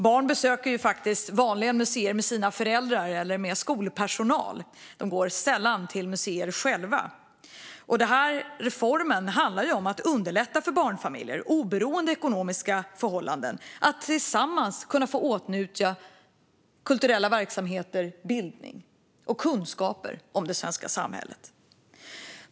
Barn besöker ju vanligen museer med sina föräldrar eller med skolpersonal; de går sällan till museer själva. Denna reform handlar om att underlätta för barnfamiljer, oberoende av ekonomiska förhållanden, att tillsammans ta del av kulturella verksamheter, bildning och kunskaper om det svenska samhället.